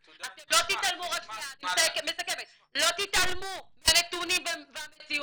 אתם לא תתעלמו מהנתונים והמציאות,